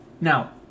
Now